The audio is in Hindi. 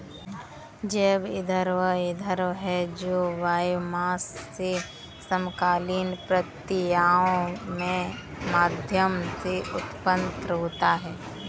जैव ईंधन वह ईंधन है जो बायोमास से समकालीन प्रक्रियाओं के माध्यम से उत्पन्न होता है